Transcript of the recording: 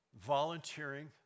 volunteering